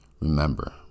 Remember